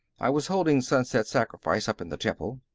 i was holding sunset sacrifice up in the temple.